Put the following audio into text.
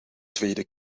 tweede